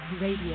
Radio